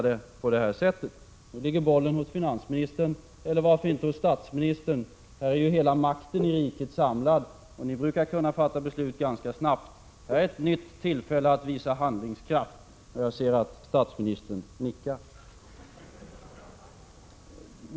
Då ligger bollen hos finansministern, eller varför inte hos statsministern — hela makten i riket är ju samlad här i kammaren, och ni brukar kunna fatta beslut ganska snabbt. Detta är ett nytt tillfälle att visa handlingskraft. Jag ser att statsministern nickar.